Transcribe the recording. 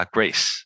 Grace